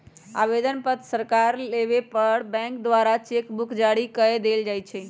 आवेदन पत्र सकार लेबय पर बैंक द्वारा चेक बुक जारी कऽ देल जाइ छइ